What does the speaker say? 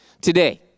today